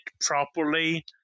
properly